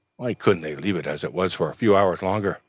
why couldn't they leave it as it was for a few hours longer